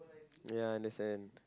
ya understand